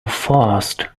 fast